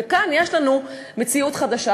וכאן יש לנו מציאות חדשה,